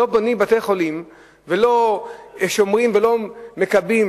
ולא בונים בתי-חולים ולא שומרים ולא מקבלים